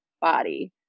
body